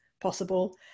possible